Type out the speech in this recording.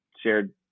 shared